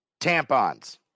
tampons